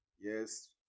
yes